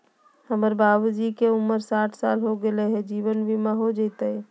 हमर बाबूजी के उमर साठ साल हो गैलई ह, जीवन बीमा हो जैतई?